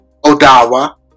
Odawa